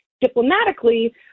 diplomatically